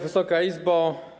Wysoka Izbo!